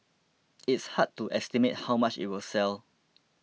it's hard to estimate how much it will sell